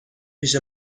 پیش